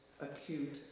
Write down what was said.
acute